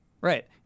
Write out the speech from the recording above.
Right